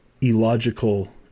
illogical